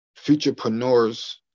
futurepreneurs